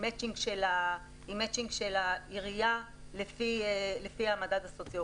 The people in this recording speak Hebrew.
עם מצ'ינג של העירייה לפי המדד הסוציואקונומי.